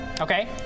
Okay